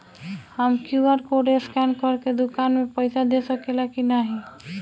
हम QR code scan करके दुकान में पईसा दे सकेला की नाहीं?